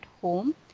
home